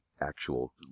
actual